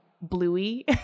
Bluey